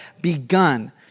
begun